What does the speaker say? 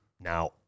Now